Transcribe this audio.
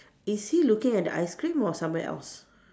is he looking at the ice cream or somewhere else